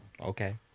Okay